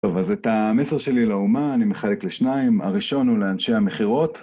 טוב, אז את המסר שלי לאומה אני מחלק לשניים, הראשון הוא לאנשי המכירות.